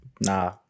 Nah